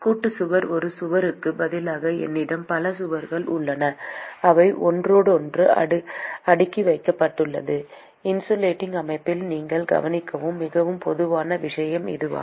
கூட்டுச் சுவர் ஒரு சுவருக்குப் பதிலாக என்னிடம் பல சுவர்கள் உள்ளன அவை ஒன்றோடொன்று அடுக்கி வைக்கப்பட்டுள்ளன இன்சுலேடிங் அமைப்பில் நீங்கள் கவனிக்கும் மிகவும் பொதுவான விஷயம் இதுவாகும்